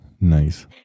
Nice